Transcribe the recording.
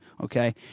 okay